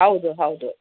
ಹೌದು ಹೌದು